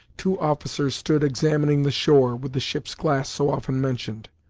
two officers stood examining the shore, with the ship's glass so often mentioned.